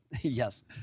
yes